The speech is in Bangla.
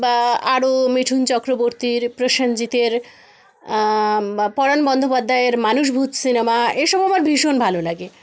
বা আরও মিঠুন চক্রবর্তীর প্রসেনজিতের পরাণ বন্দ্যোপাধ্যায়ের মানুষ ভূত সিনেমা এসব আমার ভীষণ ভালো লাগে